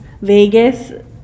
Vegas